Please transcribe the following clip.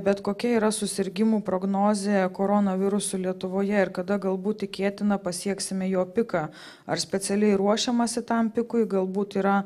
bet kokia yra susirgimų prognozė koronavirusu lietuvoje ir kada galbūt tikėtina pasieksime jo piką ar specialiai ruošiamasi tam pikui galbūt yra